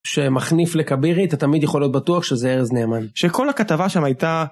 שמכניף לכבירי, אתה תמיד יכול להיות בטוח שזה ארז נאמן. שכל הכתבה שם הייתה...